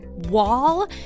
Wall